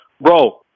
Bro